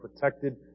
protected